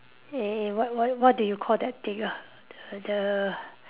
eh what what what do you call that thing ah the the